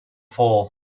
fall